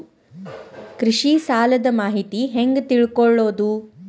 ಕೃಷಿ ಸಾಲದ ಮಾಹಿತಿ ಹೆಂಗ್ ತಿಳ್ಕೊಳ್ಳೋದು?